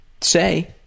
say